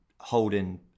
holding